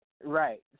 right